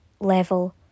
level